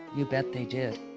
you bet they did.